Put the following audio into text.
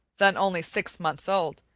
then only six months old,